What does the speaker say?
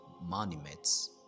monuments